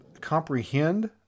comprehend